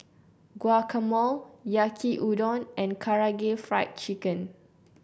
Guacamole Yaki Udon and Karaage Fried Chicken